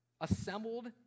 assembled